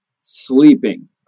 Sleeping